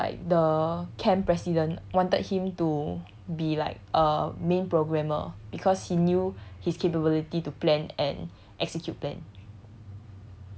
EXCO which is like the camp president wanted him to be like a main programmer because he knew his capability to plan and execute plan